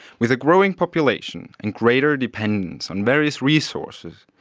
with a growing population and greater dependence on various resources,